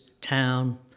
town